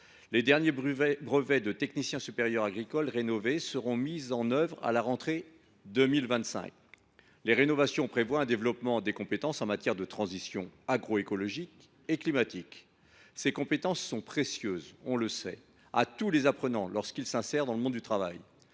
Les derniers brevets de technicien supérieur agricole rénovés seront ainsi mis en œuvre à la rentrée 2025. Ces rénovations prévoient un développement des compétences en matière de transition agroécologique et climatique, lesquelles seront particulièrement précieuses pour tous les apprenants lors de leur insertion dans le monde du travail.